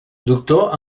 doctor